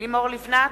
לימור לבנת,